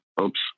oops